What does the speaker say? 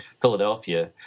Philadelphia